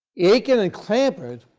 aiken and clampitt